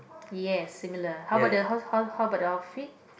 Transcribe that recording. yes similar how about the how how how about the outfit